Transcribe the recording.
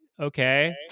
Okay